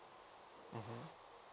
mmhmm